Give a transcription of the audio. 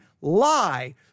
lie